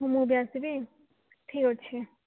ମୁଁ ବି ଆସିବି ଠିକ୍ ଅଛି